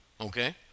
Okay